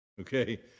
okay